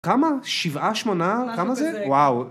כמה? שבעה, שמונה? כמה זה? וואו.